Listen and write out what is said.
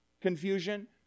confusion